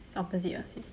it's opposite your sis